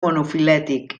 monofilètic